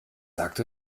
sagt